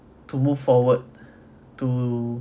to move forward to